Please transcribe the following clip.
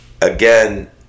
again